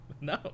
no